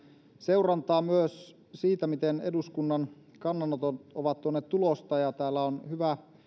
seurantaa myös siitä miten eduskunnan kannanotot ovat tuoneet tulosta ja täällä on hyvä